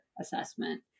assessment